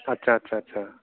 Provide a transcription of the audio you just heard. आस्सा आस्सा आस्सा